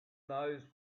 knows